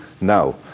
now